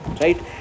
right